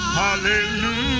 hallelujah